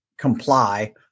comply